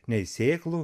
nei sėklų